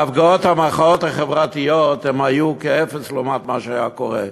ההפגנות "החברתיות" היו כאפס לעומת מה שהיה קורה,